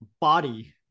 body